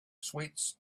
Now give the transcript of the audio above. sweet